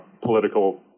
political